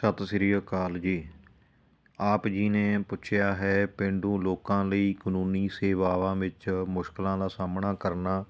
ਸਤਿ ਸ਼੍ਰੀ ਅਕਾਲ ਜੀ ਆਪ ਜੀ ਨੇ ਪੁੱਛਿਆ ਹੈ ਪੇਂਡੂ ਲੋਕਾਂ ਲਈ ਕਾਨੂੰਨੀ ਸੇਵਾਵਾਂ ਵਿੱਚ ਮੁਸ਼ਕਲਾਂ ਦਾ ਸਾਹਮਣਾ ਕਰਨਾ